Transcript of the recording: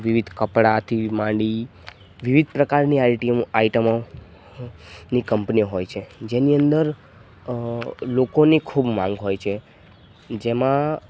વિવિધ કપડાથી માંડી વિવિધ પ્રકારની આઈટીયોમો આઈટમો ની કંપની હોય છે જેની અંદર લોકોને ખૂબ માંગ હોય છે જેમાં